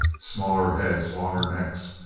smaller heads, longer necks,